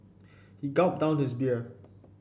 he gulped down his beer